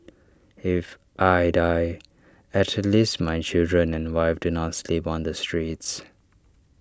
if I die at least my children and wife do not sleep on the streets